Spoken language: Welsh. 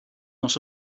nos